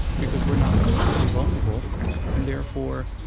because we're not completely vulnerable and therefore,